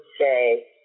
say